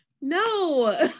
no